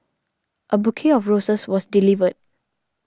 a bouquet of roses was delivered